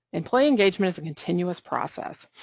employee engagement is a continuous process.